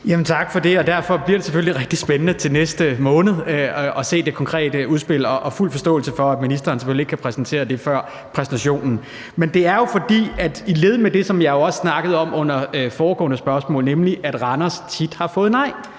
Tak for det. Derfor bliver det selvfølgelig rigtig spændende til næste måned at se det konkrete udspil, og der er fuld forståelse for, at ministeren selvfølgelig ikke kan præsentere det før præsentationen. Men det er jo i led med det, som jeg også snakkede om under foregående spørgsmål, nemlig det med, at Randers tit har fået nej.